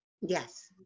Yes